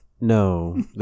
no